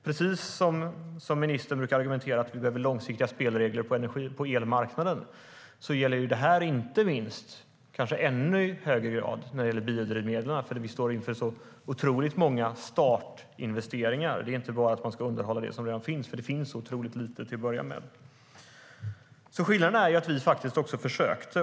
Precis som ministern brukar argumentera att vi behöver långsiktiga spelregler på elmarknaden gäller detta i kanske ännu högre grad biodrivmedlen. Vi står inför så otroligt många startinvesteringar. Det är inte bara att man ska underhålla det som redan finns. Det finns så otroligt lite till att börja med. Skillnaden är att vi faktiskt försökte.